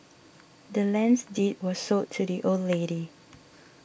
the land's deed was sold to the old lady